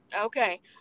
okay